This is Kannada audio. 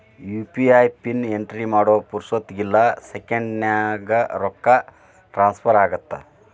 ಯು.ಪಿ.ಐ ಪಿನ್ ಎಂಟ್ರಿ ಮಾಡೋ ಪುರ್ಸೊತ್ತಿಗಿಲ್ಲ ಸೆಕೆಂಡ್ಸ್ನ್ಯಾಗ ರೊಕ್ಕ ಟ್ರಾನ್ಸ್ಫರ್ ಆಗತ್ತ